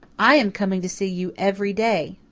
i am coming to see you every day,